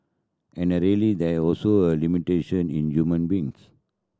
and a really there also a limitation in human beings